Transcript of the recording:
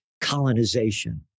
colonization